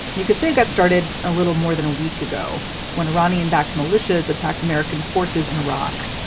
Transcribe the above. you could say got started a little more than a week ago when iranian backed militias attacked american forces in iraq,